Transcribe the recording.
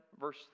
verse